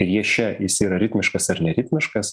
rieše jis yra ritmiškas ar neritmiškas